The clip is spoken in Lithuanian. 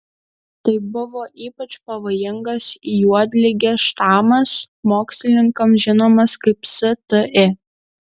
tai buvo ypač pavojingas juodligės štamas mokslininkams žinomas kaip sti